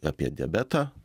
apie diabetą